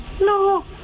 No